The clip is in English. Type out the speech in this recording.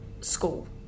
school